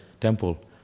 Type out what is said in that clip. temple